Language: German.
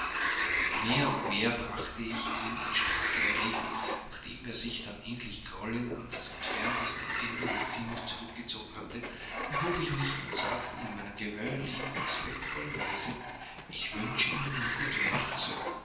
mehr und mehr brachte ich ihn in starke erregung nachdem er sich dann endlich grollend an das entfernteste ende des zimmers zurückgezogen hatte erhob ich mich und sagte in meiner gewöhnlichen respektvollen weise ich wünsche ihnen gute nacht